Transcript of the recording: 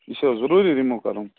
یہِ چھِ حظ ضروٗری رِموٗو کَرُن